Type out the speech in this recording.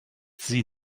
sie